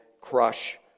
crush